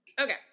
Okay